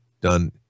done